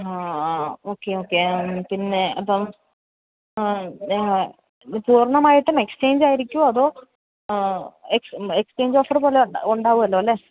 ആ okay okay പിന്നെ ഇപ്പം ഞാൻ പൂര്ണ്ണമായിട്ടും എക്സ്ചേഞ്ചായിരിക്കോ അതോ എക്സ് എക്സ്ചേഞ്ച് ഓഫറ് പോലെ ഉണ്ടാവുമല്ലോ അല്ലേ